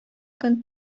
көн